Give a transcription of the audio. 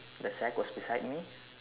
the sack was beside me